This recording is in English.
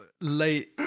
late